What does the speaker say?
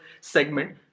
segment